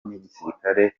n’igisirikare